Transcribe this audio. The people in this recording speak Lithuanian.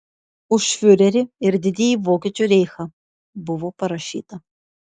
už fiurerį ir didįjį vokiečių reichą buvo parašyta